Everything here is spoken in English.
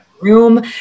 room